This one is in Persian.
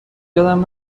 یادم